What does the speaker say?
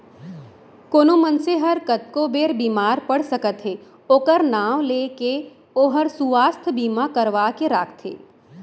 कोनो मनसे हर कतको बेर बीमार पड़ सकत हे ओकर नांव ले के ओहर सुवास्थ बीमा करवा के राखथे